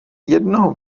jednoho